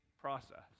process